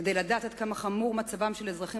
כדי לדעת עד כמה חמור מצבם של אזרחים